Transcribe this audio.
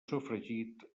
sofregit